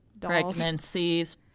pregnancies